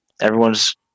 Everyone's